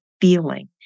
feeling